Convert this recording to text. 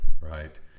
right